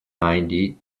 ninety